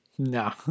No